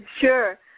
Sure